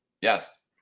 Yes